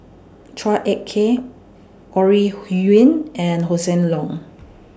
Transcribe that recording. Chua Ek Kay Ore Huiying and Hossan Leong